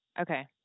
Okay